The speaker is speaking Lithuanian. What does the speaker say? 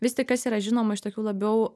vis tik kas yra žinoma iš tokių labiau